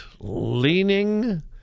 leaning